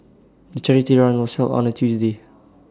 the charity run was held on A Tuesday